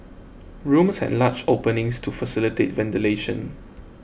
rooms had large openings to facilitate ventilation